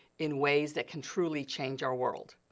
in ways that can truly change our world.